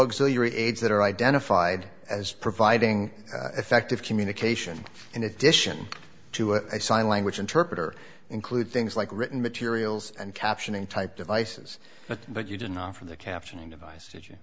auxiliary aides that are identified as providing effective communication in addition to a sign language interpreter include things like written materials and captioning type devices but you didn't offer the captioning devices y